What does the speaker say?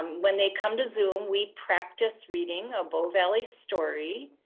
um when they come to zoom we practice reading a bow valley story.